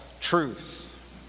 truth